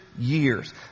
years